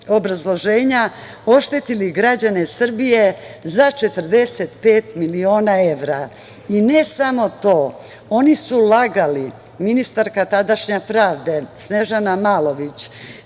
obrazloženja, oštetili građane Srbije za 45 miliona evra. Ne samo to, oni su lagali, ministarka tadašnja pravde, Snežana Malović